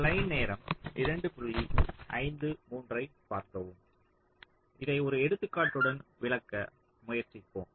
slide நேரம் 0253 ஐப் பார்க்கவும் இதை ஒரு எடுத்துக்காட்டுடன் விளக்க முயற்சிப்போம்